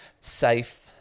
safe